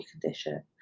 condition